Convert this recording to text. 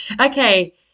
okay